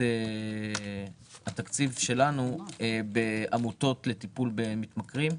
התקציב שלנו בעמותות לטיפול במתמכרים.